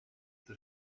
the